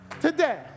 Today